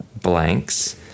blanks